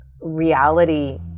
reality